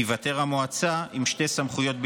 תיוותר המועצה עם שתי סמכויות בלבד: